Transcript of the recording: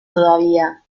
todavía